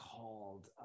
called